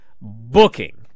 booking